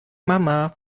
mama